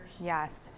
Yes